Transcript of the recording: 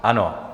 Ano.